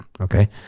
okay